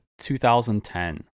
2010